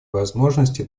возможности